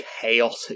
chaotic